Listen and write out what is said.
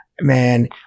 Man